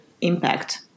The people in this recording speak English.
impact